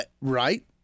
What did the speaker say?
Right